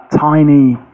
tiny